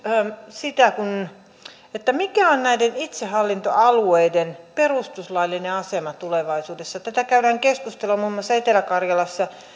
sitä mikä on näiden itsehallintoalueiden perustuslaillinen asema tulevaisuudessa tätä keskustelua käydään muun muassa etelä karjalassa